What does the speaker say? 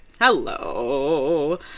Hello